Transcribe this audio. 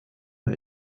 nur